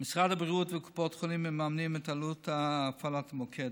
משרד הבריאות וקופות החולים מממנים את הפעלת המוקד.